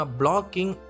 blocking